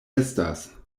estas